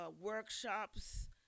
workshops